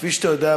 כפי שאתה יודע,